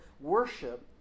worship